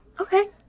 Okay